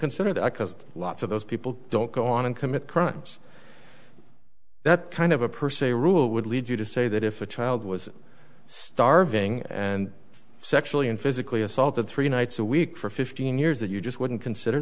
consider that i caused lots of those people don't go on and commit crimes that kind of a per se rule would lead you to say that if a child was starving and sexually and physically assaulted three nights a week for fifteen years that you just wouldn't consider